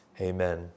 Amen